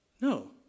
No